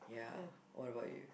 ya what about you